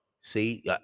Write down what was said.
See